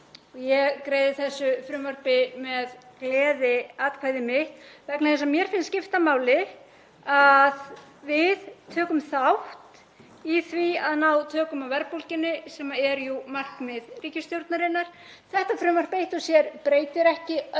Ég greiði þessu frumvarpi atkvæði mitt með gleði vegna þess að mér finnst skipta máli að við tökum þátt í því að ná tökum á verðbólgunni, sem er jú markmið ríkisstjórnarinnar. Þetta frumvarp eitt og sér breytir ekki